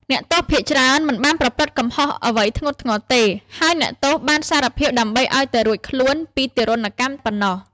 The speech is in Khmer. អ្នកទោសភាគច្រើនមិនបានប្រព្រឹត្តកំហុសអ្វីធ្ងន់ធ្ងរទេ ហើយអ្នកទោសបានសារភាពដើម្បីឱ្យតែរួចខ្លួនពីទារុណកម្មប៉ុណ្ណោះ ។